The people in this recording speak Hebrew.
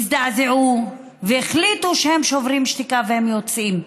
הזדעזעו והחליטו שהם שוברים שתיקה ויוצאים.